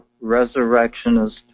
resurrectionist